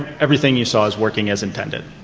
everything you saw is working as intended.